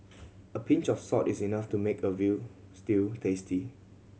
a pinch of salt is enough to make a veal stew tasty